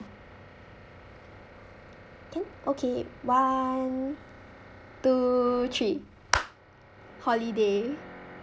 can okay one two three holiday